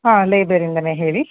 ಹಾಂ ಲೈಬ್ರೆರಿಯಿಂದಲೇ ಹೇಳಿ